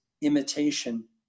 imitation